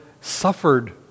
suffered